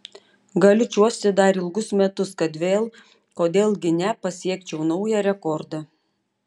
galiu čiuožti dar ilgus metus kad vėl kodėl gi ne pasiekčiau naują rekordą